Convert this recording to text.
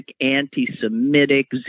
anti-Semitic